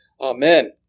Amen